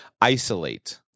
isolate